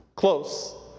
Close